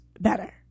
better